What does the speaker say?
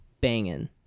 banging